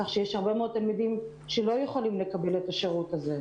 כך שיש הרבה מאוד תלמידים שלא יכולים לקבל את השירות הזה.